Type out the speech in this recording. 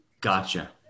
Gotcha